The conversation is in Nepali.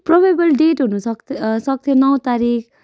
प्रोबेबल डेट हुनुसक् सक्थ्यो नौ तारिख